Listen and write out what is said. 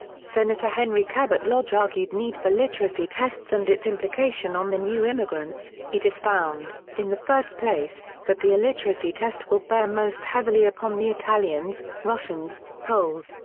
senator henry cabot lodge argued need for literacy tests and its implication on the new immigrants it is found, in the first place, that the illiteracy test will bear most heavily upon the italians, russians, poles,